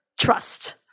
trust